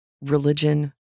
religion